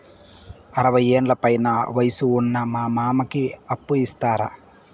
అరవయ్యేండ్ల పైన వయసు ఉన్న మా మామకి అప్పు ఇస్తారా